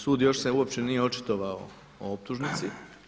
Sud još se uopće nije očitovao o optužnici.